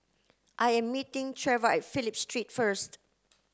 I am meeting Treva at Phillip Street first